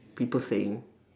people saying